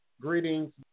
Greetings